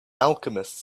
alchemist